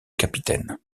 capitaine